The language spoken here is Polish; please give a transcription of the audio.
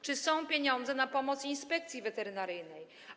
Czy są pieniądze na pomoc Inspekcji Weterynaryjnej?